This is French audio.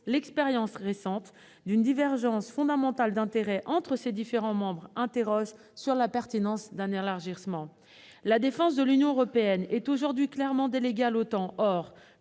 l'expérience récente d'une divergence fondamentale d'intérêts entre ses différents membres soulève la question de la pertinence d'un élargissement. La défense de l'Union européenne est aujourd'hui clairement déléguée à l'OTAN.